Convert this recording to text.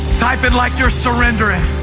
type it like you're surrendering.